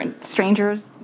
strangers